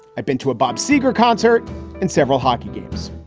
i've been to a bob seger concert and several hockey games.